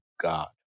God